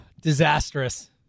disastrous